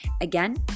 Again